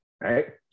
Right